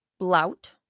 Blout